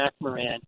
macmoran